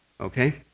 Okay